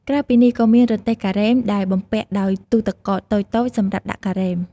ក្រៅពីនេះក៏មានរទេះការ៉េម ដែលបំពាក់ដោយទូទឹកកកតូចៗសម្រាប់ដាក់ការ៉េម។